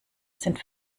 sind